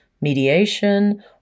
mediation